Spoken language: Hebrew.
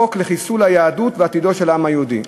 החוק לחיסול היהדות ועתידו של העם היהודי.